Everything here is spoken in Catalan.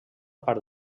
part